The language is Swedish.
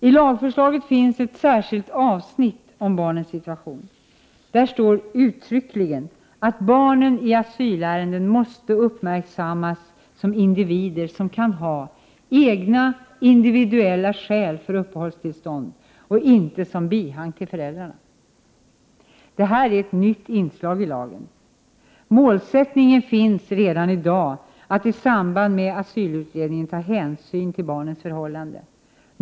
I lagförslaget finns ett särskilt avsnitt om barnens situation. Där står uttryckligen att barnen i asylärenden måste uppmärksammas som individer som kan ha egna individuella skäl för uppehållstillstånd och inte som bihang till föräldrarna. Detta är ett nytt inslag i lagen. Målsättningen finns redan i dag att i samband med asylutredningen ta hänsyn till barnens förhållanden.